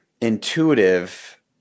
intuitive